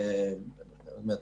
זאת אומרת,